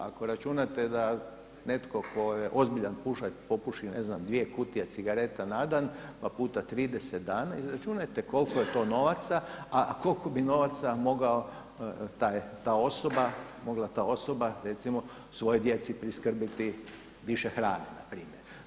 Ako računate da netko tko je ozbiljan pušač popuši ne znam dvije kutije cigareta na dan, pa puta 30 dana izračunajte koliko je to novaca, a koliko bi novaca mogao ta osoba, mogla ta osoba recimo svojoj djeci priskrbiti više hrane na primjer.